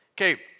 okay